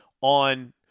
on